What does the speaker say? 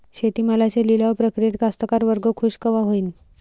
शेती मालाच्या लिलाव प्रक्रियेत कास्तकार वर्ग खूष कवा होईन?